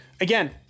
Again